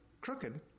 crooked